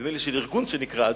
נדמה לי של ארגון שנקרא "אג'נדה"